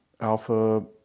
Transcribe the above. alpha